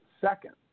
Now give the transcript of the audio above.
second